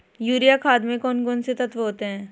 Urea खाद में कौन कौन से तत्व होते हैं?